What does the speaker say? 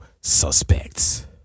suspects